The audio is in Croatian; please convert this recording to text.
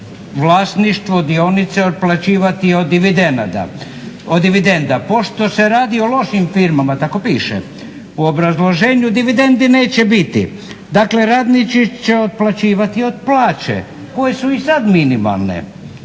vlasništvo, dionice otplaćivati od dividenda. Pošto se radi o lošim firmama, tako piše u obrazloženju, dividendi neće biti. Dakle, radnici će otplaćivati od plaće koje su i sad minimalne